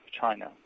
China